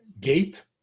gate